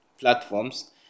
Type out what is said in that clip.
platforms